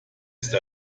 ist